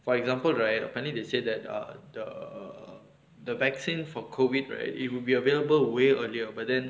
for example right apparently they said that err the the vaccine for COVID right it will be available way earlier but then